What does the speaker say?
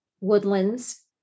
woodlands